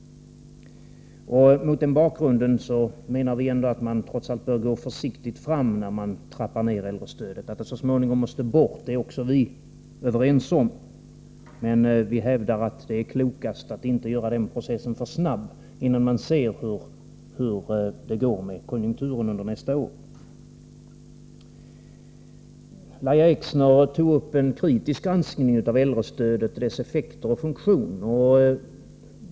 Mot den bakgrunden menar vi att man trots allt bör gå försiktigt fram när man trappar ned äldrestödet. Att det så småningom måste bort är också vi överens om. Men vi hävdar att det är klokast att inte göra den processen för snabb — innan man ser hur det går med konjunkturen under nästa år. Lahja Exner tog upp en kritisk granskning av äldrestödet och dess effekter och funktion.